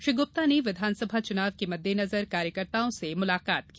श्री गुप्ता ने विधानसभा चुनाव के मददेनजर कार्यकर्ताओं से मुलाकात की